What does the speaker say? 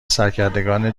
سرکردگان